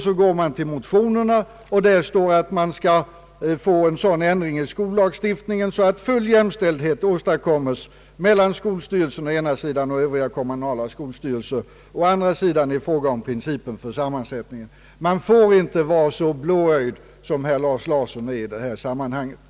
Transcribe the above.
Så läser man motionerna, och där står att man skall få en sådan ändring i skollagstiftningen att full jämställdhet åstadkommes mellan skolstyrelsen å ena sidan och övriga kommunala styrelser å den andra. Det är en fråga om principen för sammansättningen. Man får inte i förhandlingssammanhang vara så blåögd som herr Lars Larsson är.